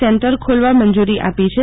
centre ખોલવા મંજુરી આપી છે